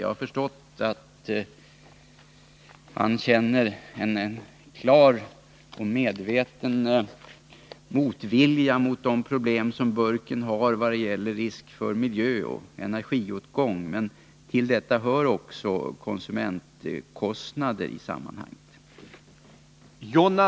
Jag har förstått att han känner en klar och medveten motvilja mot de problem som burken medför vad gäller risk för miljön och energiåtgång. Men till bilden hör också konsumentkostnaderna.